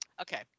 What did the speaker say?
okay